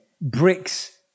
bricks